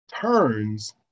turns